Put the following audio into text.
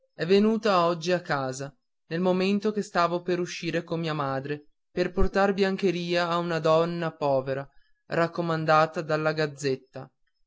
è venuta oggi a casa nel momento che stavo per uscire con mia madre per portar biancheria a una donna povera raccomandata dalla gazzetta